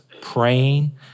praying